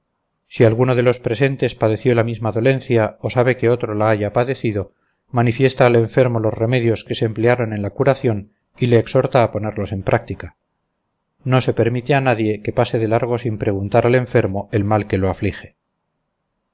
si alguno de los presentes padeció la misma dolencia o sabe que otro la haya padecido manifiesta al enfermo los remedios que se emplearon en la curación y le exhorta a ponerlos en práctica no se permite a nadie que pase de largo sin preguntar al enfermo el mal que lo aflige